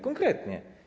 Konkretnie.